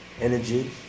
Energy